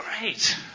Great